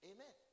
Amen